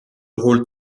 rôle